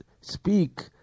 speak